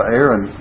Aaron